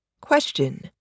Question